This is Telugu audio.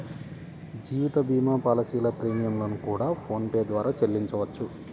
జీవిత భీమా పాలసీల ప్రీమియం లను కూడా ఫోన్ పే ద్వారానే చెల్లించవచ్చు